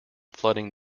flooding